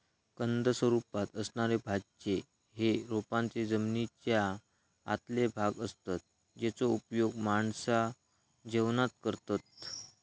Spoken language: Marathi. कंद स्वरूपात असणारे भाज्ये हे रोपांचे जमनीच्या आतले भाग असतत जेचो उपयोग माणसा जेवणात करतत